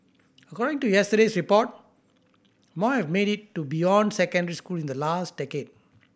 according to yesterday's report more have made it to beyond secondary school in the last decade